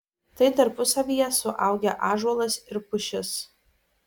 tai tarpusavyje suaugę ąžuolas ir pušis